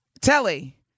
Telly